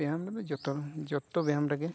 ᱵᱮᱭᱟᱢ ᱨᱮᱫᱚ ᱡᱚᱛᱚ ᱡᱚᱛᱛᱚ ᱵᱮᱭᱟᱢᱨᱮᱜᱮ